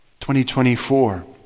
2024